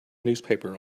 newspaper